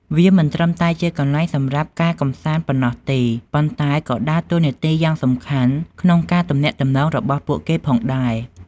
វាមិនត្រឹមតែជាកន្លែងសម្រាប់ការកម្សាន្តប៉ុណ្ណោះទេ ប៉ុន្តែក៏ដើរតួនាទីយ៉ាងសំខាន់ក្នុងការទំនាក់ទំនងរបស់ពួកគេផងដែរ។